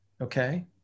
Okay